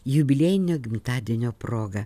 jubiliejinio gimtadienio proga